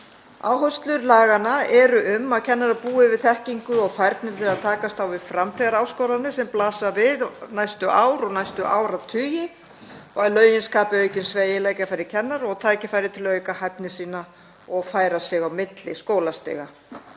Áherslur laganna eru um að kennarar búi yfir þekkingu og færni til að takast á við framtíðaráskoranir sem blasa við næstu ár og næstu áratugi og að lögin skapi aukinn sveigjanleika fyrir kennara og tækifæri til að auka hæfni sína og færa sig á milli skólastiga,